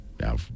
Now